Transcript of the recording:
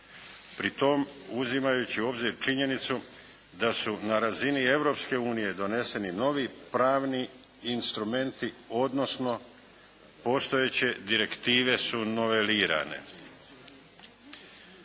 Pritom uzimajući u obzir činjenicu da su na razini Europske unije doneseni novi pravni instrumenti, odnosno postojeće direktive su novelirane.